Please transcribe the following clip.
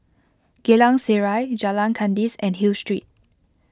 Geylang Serai Jalan Kandis and Hill Street